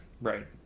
Right